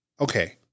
okay